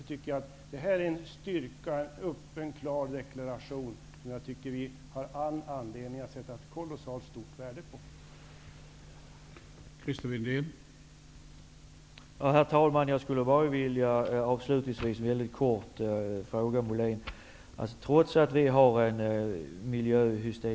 Jag tycker alltså att det är en styrka att vi får denna öppna och klara deklaration. Det finns all anledning för oss att sätta ett kolossalt stort värde på denna öppenhet.